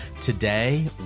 Today